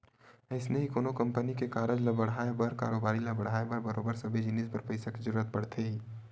अइसने ही कोनो कंपनी के कारज ल बड़हाय बर कारोबारी ल बड़हाय बर बरोबर सबे जिनिस बर पइसा के जरुरत पड़थे ही